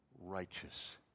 righteous